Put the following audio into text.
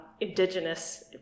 indigenous